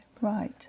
Right